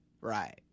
right